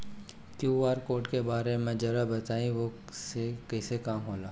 QR code के बारे में जरा बताई वो से का काम होला?